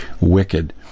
wicked